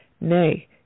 Nay